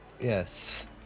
Yes